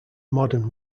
modern